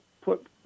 put